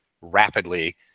rapidly